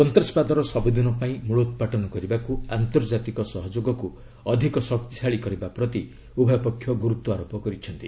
ସନ୍ତାସବାଦର ସବୁଦିନ ପାଇଁ ମୂଳୋତ୍ପାଟନ କରିବାକୁ ଆନ୍ତର୍ଜାତିକ ସହଯୋଗକୁ ଅଧିକ ଶକ୍ତିଶାଳୀ କରିବା ପ୍ରତି ଉଭୟ ପକ୍ଷ ଗୁରୁତ୍ୱାରୋପ କରିଛନ୍ତି